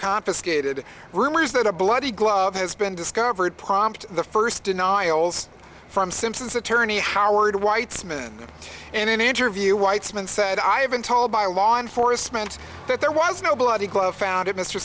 confiscated rumors that a bloody glove has been discovered prompt the first denials from simpson's attorney howard weitzman in an interview weitzman said i have been told by law enforcement that there was no bloody glove found in m